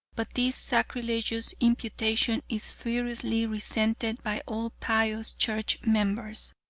but this sacrilegious imputation is furiously resented by all pious church members.